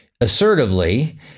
assertively